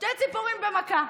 שתי ציפורים במכה.